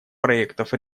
проектов